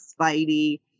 Spidey